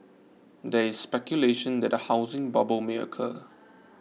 there is speculation that a housing bubble may occur